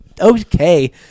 okay